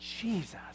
Jesus